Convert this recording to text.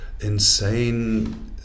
insane